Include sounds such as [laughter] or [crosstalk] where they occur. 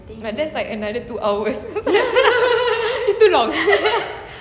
but that's like another two hours [laughs] it's too long [laughs]